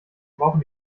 brauchen